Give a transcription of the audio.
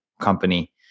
company